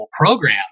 program